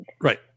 Right